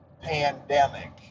pandemic